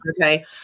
Okay